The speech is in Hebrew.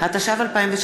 צער בעלי-חיים (הגנה על בעלי-חיים) (תיקון,